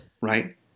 right